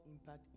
impact